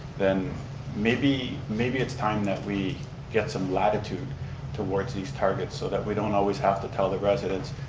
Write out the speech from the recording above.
then maybe maybe it's time that we get some latitude towards these targets so that we don't always have to tell the residents,